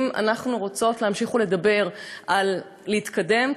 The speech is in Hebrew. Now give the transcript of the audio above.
אם אנחנו רוצות להמשיך ולדבר על להתקדם,